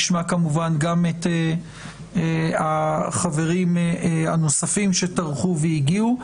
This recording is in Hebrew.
נשמע, כמובן, גם את החברים הנוספים שטרחו והגיעו.